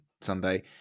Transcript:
Sunday